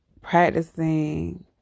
practicing